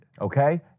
Okay